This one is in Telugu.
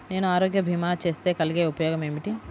నేను ఆరోగ్య భీమా చేస్తే కలిగే ఉపయోగమేమిటీ?